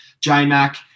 J-Mac